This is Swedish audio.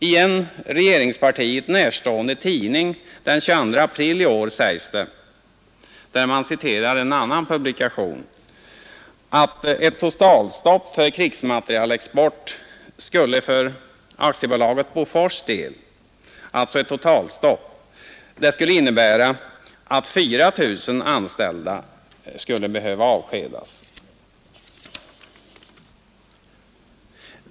I en regeringspartiet närstående tidning den 22 april i år sägs det att ett totalstopp för krigsmaterielexport skulle för Bofors AB innebära att 4 000 anställda måste avskedas.